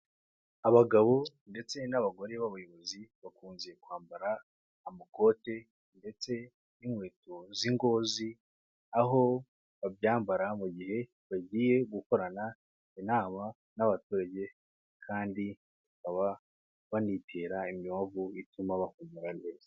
Abagabo ndetse n'abagore b'abayobozi bakunze kwambara amakote ndetse n'inkweto z'ingozi, aho babyambara mu gihe bagiye gukorana inama n'abaturage kandi bakaba banitera imibavu ituma bahumura neza.